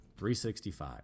365